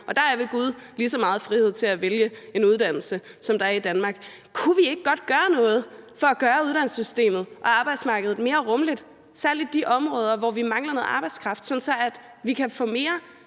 og der er ved gud lige så meget frihed til at vælge en uddannelse, som der er i Danmark. Kunne vi ikke godt gøre noget for at gøre uddannelsessystemet og arbejdsmarkedet mere rummeligt, særlig på de områder, hvor vi mangler noget arbejdskraft, så vi kan få flere